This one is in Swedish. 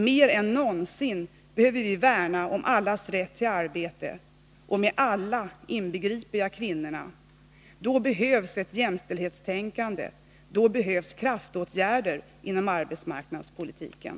Mer än någonsin behöver vi värna om allas rätt till arbete — och med alla inbegriper jag kvinnorna. Då behövs ett jämställdhetstänkande, då behövs kraftåtgärder inom arbetsmarknadspolitiken.